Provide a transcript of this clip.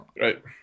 Right